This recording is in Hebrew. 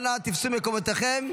אנא תפסו מקומותיכם.